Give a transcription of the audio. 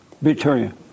Victoria